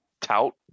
Tout